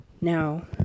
now